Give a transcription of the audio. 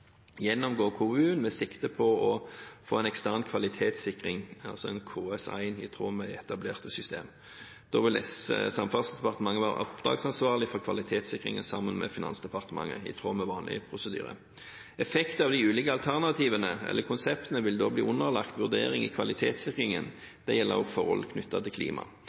gjennomgå KVU-en med sikte på å få en ekstern kvalitetssikring, altså en KS1, i tråd med etablerte systemer. Samferdselsdepartementet vil da være oppdragsansvarlig for kvalitetssikringen, sammen med Finansdepartementet, i tråd med vanlige prosedyrer. Effekt av de ulike alternativene, eller konseptene, vil da bli underlagt vurdering i kvalitetssikringen. Det gjelder også forhold knyttet til klima.